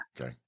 okay